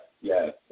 Yes